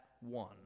one